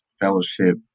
fellowship